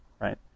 right